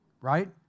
Right